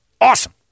awesome